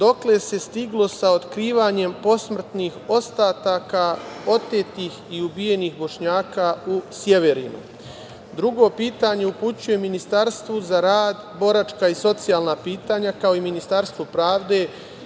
dokle se stiglo sa otkrivanjem posmrtnih ostataka otetih i ubijenih Bošnjaka u Sjeverinu. Drugo pitanje upućujem Ministarstvu za rad, boračka i socijalna pitanja, kao i Ministarstvu pravde